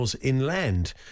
inland